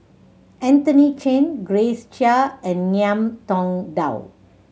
Anthony Chen Grace Chia and Ngiam Tong Dow